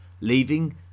leaving